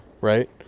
right